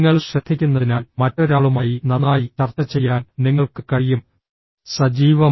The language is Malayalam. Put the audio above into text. നിങ്ങൾ ശ്രദ്ധിക്കുന്നതിനാൽ മറ്റൊരാളുമായി നന്നായി ചർച്ച ചെയ്യാൻ നിങ്ങൾക്ക് കഴിയും സജീവമായി